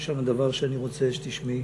יש שם דבר שאני רוצה שתשמעי.